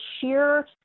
sheer